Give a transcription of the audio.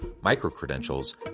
micro-credentials